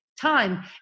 time